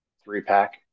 three-pack